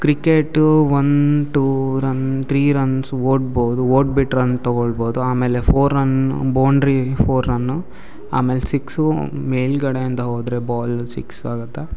cricket one two run three runs ಓಡ್ಬೌದು ಓಡ್ಬಿಟ್ಟು run ತಗೊಳ್ಬೋದು ಆಮೇಲೆ four run boundary four run ಆಮೇಲೆ ಸಿಕ್ಸು ಮೇಲುಗಡೆಯಿಂದ ಹೋದರೆ ಬಾಲ್ ಸಿಕ್ಸ್ ಆಗುತ್ತೆ